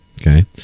okay